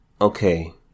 Okay